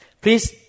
Please